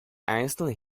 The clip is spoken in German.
einzelnen